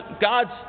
God's